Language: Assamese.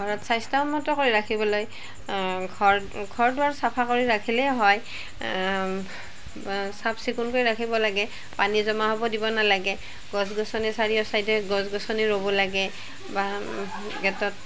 ঘৰত স্বাস্থ্য উন্নত কৰি ৰাখিবলৈ ঘৰ ঘৰ দুৱাৰ চাফা কৰি ৰাখিলেই হয় চাফ চিকুণ কৰি ৰাখিব লাগে পানী জমা হ'ব দিব নালাগে গছ গছনি চাৰিও ছাইডে গছ গছনি ৰুব লাগে বা গে'টত